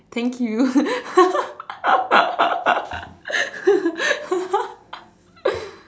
thank you